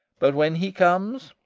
but when he comes,